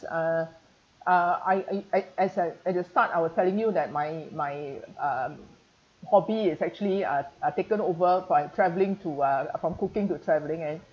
uh uh I I as a as the start I was telling you that my my uh hobby is actually uh uh taken over by travelling to uh from cooking to travelling